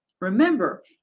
remember